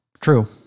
True